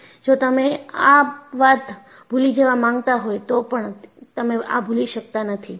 જો તમે આ વાત ભૂલી જવા માંગતા હોય તો પણ તમે આ ભૂલી શકતા નથી